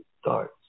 starts